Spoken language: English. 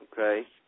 Okay